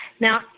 Now